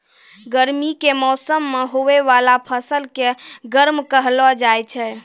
गर्मी के मौसम मे हुवै वाला फसल के गर्मा कहलौ जाय छै